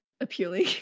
appealing